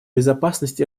безопасность